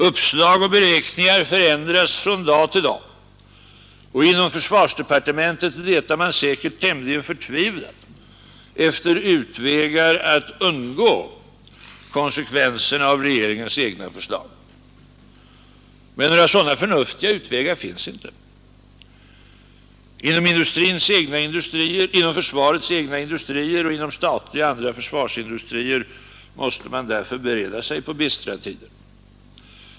Uppslag och 43 beräkningar förändras från dag till dag, och inom försvarsdepartementet letar man säkert tämligen förtvivlat efter utvägar att undgå konsekvenserna av regeringens egna förslag, men några sådana förnuftiga utvägar finns inte. Inom försvarets egna industrier och inom statliga och andra försvarsindustrier måste man därför bereda sig på bistra tider.